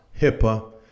HIPAA